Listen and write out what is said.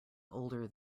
older